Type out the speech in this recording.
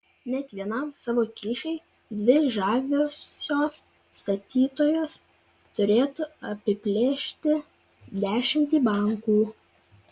net vienam savo kyšiui dvi žaviosios statytojos turėtų apiplėšti dešimtį bankų